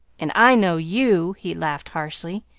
and i know you! he laughed harshly.